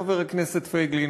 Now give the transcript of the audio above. חבר הכנסת פייגלין,